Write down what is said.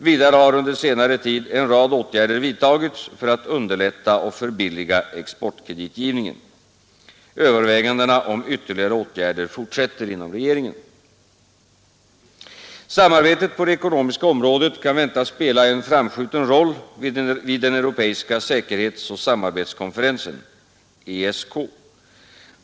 Vidare har under senare tid en rad åtgärder vidtagits för att underlätta och förbilliga exportkreditgivningen. Övervägandena om ytterligare åtgärder fortsätter inom regeringen. Samarbetet på det ekonomiska området kan väntas spela en framskjuten roll vid den europeiska säkerhetsoch samarbetskonferensen, ESK.